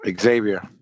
Xavier